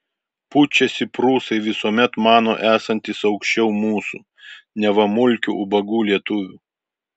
pučiasi prūsai visuomet mano esantys aukščiau mūsų neva mulkių ubagų lietuvių